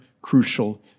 crucial